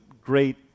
great